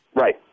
Right